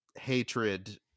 hatred